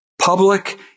public